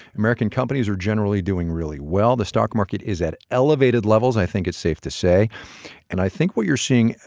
american companies are generally doing really well. the stock market is at elevated levels, i think it's safe to say and i think what you're seeing,